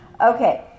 okay